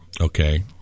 Okay